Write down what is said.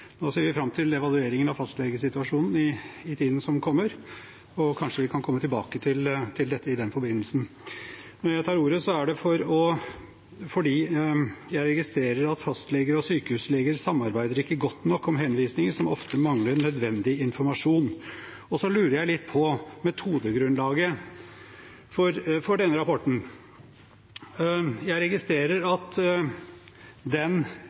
Nå ser vi fram til evalueringen av fastlegesituasjonen i tiden som kommer, og kanskje vi kan komme tilbake til dette i den forbindelse. Når jeg tar ordet, er det fordi jeg registrerer at fastleger og sykehusleger ikke samarbeider godt nok om henvisninger, som ofte mangler nødvendig informasjon. Og så lurer jeg litt på metodegrunnlaget for denne rapporten. Jeg registrerer at den